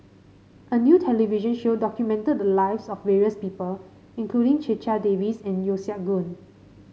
a new television show documented the lives of various people including Checha Davies and Yeo Siak Goon